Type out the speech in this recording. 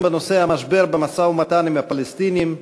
בנושא: המשבר במשא-ומתן עם הפלסטינים,